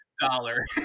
dollar